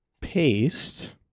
paste